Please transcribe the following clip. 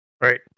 Right